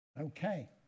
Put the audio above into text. Okay